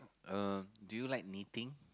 uh do you like knitting